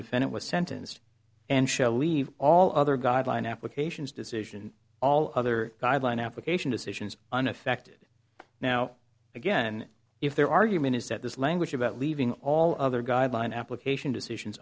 defendant was sentenced and shall leave all other guideline applications decision all other guideline application decisions uneffected now again if their argument is that this language about leaving all other guideline application decisions